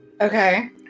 Okay